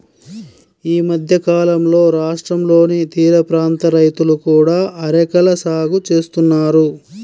ఈ మధ్యకాలంలో రాష్ట్రంలోని తీరప్రాంత రైతులు కూడా అరెకల సాగు చేస్తున్నారు